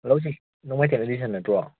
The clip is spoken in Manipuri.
ꯍꯜꯂꯣ ꯁꯤ ꯅꯣꯡꯃꯥꯏꯊꯦꯝ ꯏꯗꯤꯁꯟ ꯅꯠꯇ꯭ꯔꯣ